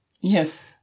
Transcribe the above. Yes